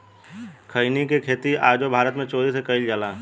खईनी के खेती आजो भारत मे चोरी से कईल जाला